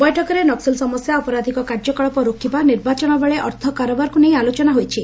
ବୈଠକରେ ନକ୍କଲ୍ ସମସ୍ୟା ଅପରାଧିକ କାର୍ଯ୍ୟକଳାପ ରୋକିବା ନିର୍ବାଚନବେଳେ ଅର୍ଥ କାରବାରକୁ ନେଇ ଆଲୋଚନା ହୋଇଛି